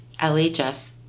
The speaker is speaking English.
LHS